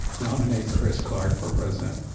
nominate chris clark for president.